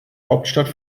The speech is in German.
hauptstadt